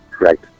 right